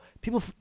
people